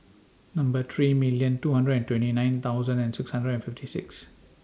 Number three million two hundred and twenty nine thousand and six hundred and fifty six